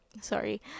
sorry